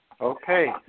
Okay